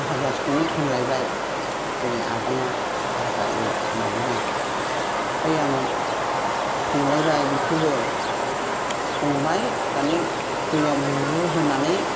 भाजा संनो थोनलायबाय जोंने आदाया भाजा एव होननानैहाय ओमफाय आं संलायबाय बेखौबो संबाय दाने दैया बुरजा होनानै